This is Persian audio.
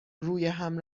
رویهم